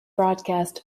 broadcast